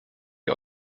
die